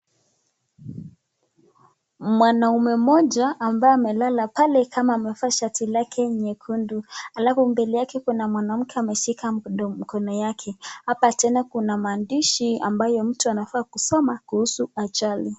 Mwanaume mmoja ambaye amelala pale kama amevaa shati lake nyekundu, alafu mbele yake kuna wanamke ameshika mdum mkono yake, hapa tena kuna maandishi ambayo mtu anafaa kusoma kuhusu ajali.